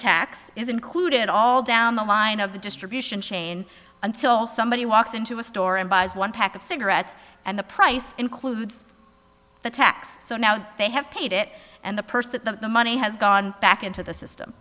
tax is included all down the line of the distribution chain until somebody walks into a store and buys one pack of cigarettes and the price includes the tax so now they have paid it and the person that the the money has gone back into the